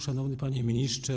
Szanowny Panie Ministrze!